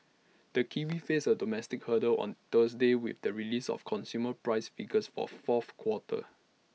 the kiwi faces A domestic hurdle on Thursday with the release of consumer price figures for fourth quarter